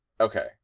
Okay